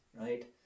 Right